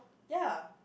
ya